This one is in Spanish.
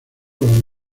los